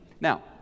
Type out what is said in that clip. Now